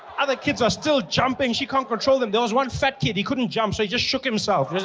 other kids are still jumping, she can't control them. there was one fat kid. he couldn't jump so he just shook himself.